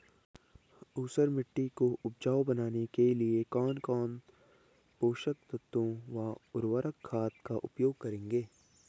ऊसर मिट्टी को उपजाऊ बनाने के लिए कौन कौन पोषक तत्वों व उर्वरक खाद का उपयोग करेंगे?